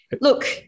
Look